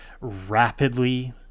rapidly